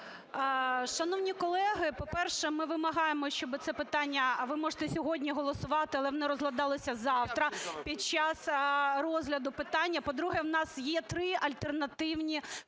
Шановні колеги, по-перше, ми вимагаємо, щоб це питання, ви можете сьогодні голосувати, але воно розглядалося завтра, під час розгляду питання. По-друге, у нас є три альтернативні